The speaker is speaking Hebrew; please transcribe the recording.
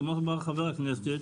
כמו שאמר חבר הכנסת,